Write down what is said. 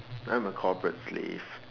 I'm a corporate slave